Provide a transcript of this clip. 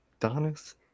Donis